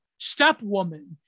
stepwoman